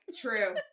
True